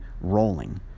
rolling